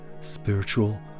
spiritual